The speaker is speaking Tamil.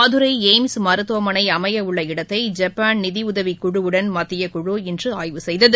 மதுரைஎய்ம்ஸ் மருத்துவமனைஅமையஉள்ள இடத்தை ஜப்பான் நிதிஉதவிக் குழுவுடன் மத்தியக்குழு இன்றுஆய்வு செய்தது